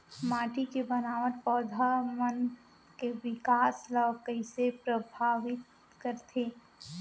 माटी के बनावट पौधा मन के बिकास ला कईसे परभावित करथे